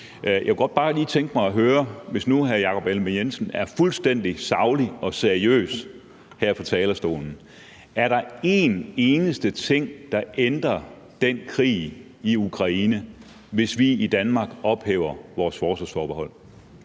bare lige tænke mig at høre, hvis nu hr. Jakob Ellemann-Jensen er fuldstændig saglig og seriøs her på talerstolen: Er der en eneste ting, der ændrer den krig i Ukraine, hvis vi i Danmark ophæver vores forsvarsforbehold?